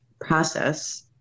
process